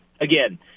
Again